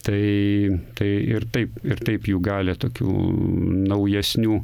tai tai ir taip ir taip juk gali tokių naujesnių